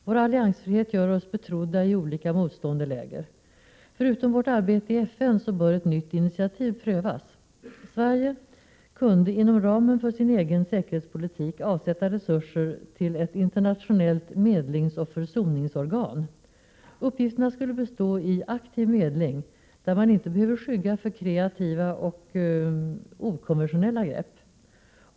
Vår alliansfrihet gör oss betrodda i olika motstående läger. Förutom vårt arbete i FN bör ett nytt initiativ prövas. Sverige kunde inom ramen för sin egen säkerhetspolitik avsätta resurser till ett internationellt medlingsoch försoningsorgan. Uppgifterna skulle bestå av aktiv medling, där man inte behöver skygga för kreativa och okonventionella grepp.